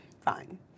Fine